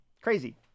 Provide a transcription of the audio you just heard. crazy